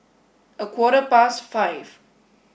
a quarter past five